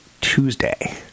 Tuesday